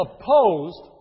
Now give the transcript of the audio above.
opposed